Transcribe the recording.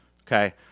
Okay